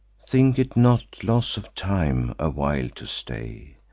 think it not loss of time a while to stay,